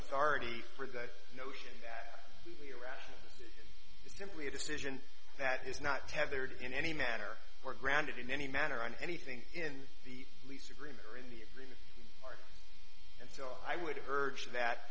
authority for that notion that iraq is simply a decision that is not tethered in any manner or grounded in any manner on anything in the lease agreement or indeed and so i would urge that